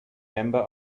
member